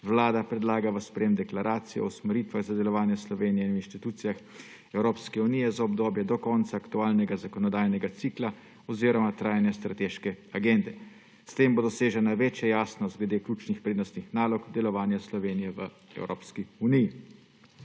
Vlada predlaga sprejetje deklaracije o usmeritvah za delovanje Slovenije v institucijah Evropske unije za obdobje do konca aktualnega zakonodajnega cikla oziroma trajanja strateške agende. S tem bo dosežena večja jasnost glede ključnih prednostnih nalog delovanja Slovenije v Evropski uniji.